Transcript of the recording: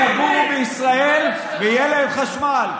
יגורו בישראל ויהיה להם חשמל.